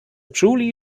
truly